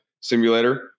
simulator